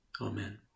Amen